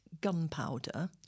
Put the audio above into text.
gunpowder